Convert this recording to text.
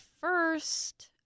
first